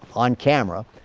on camera.